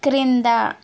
క్రింద